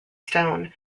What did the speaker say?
stone